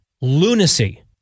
lunacy